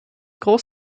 groß